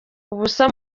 ubusa